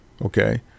Okay